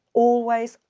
always,